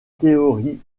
théorie